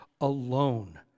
alone